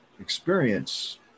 experience